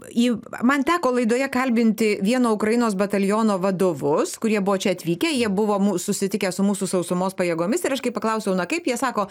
į man teko laidoje kalbinti vieno ukrainos bataliono vadovus kurie buvo čia atvykę jie buvo mū susitikę su mūsų sausumos pajėgomis ir aš kai paklausiau na kaip jie sako